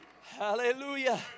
Hallelujah